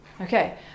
okay